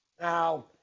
Now